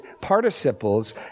participles